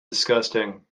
disgusting